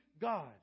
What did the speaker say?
God